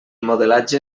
modelatge